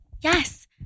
Yes